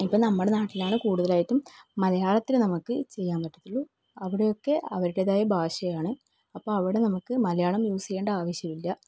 ഇപ്പം നമ്മുടെ നാട്ടിലാണ് കൂടുതലായിട്ടും മലയാളത്തിൽ നമുക്ക് ചെയ്യാൻ പറ്റത്തൊള്ളൂ അവിടെ ഒക്കെ അവരുടേതായ ഭാഷയാണ് അപ്പം അവിടെ നമുക്ക് മലയാളം യൂസ് ചെയ്യേണ്ട ആവശ്യമില്ല